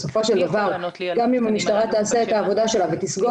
בסופו של דבר גם אם המשטרה תעשה את העבודה שלה ותסגור